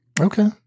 Okay